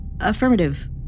Affirmative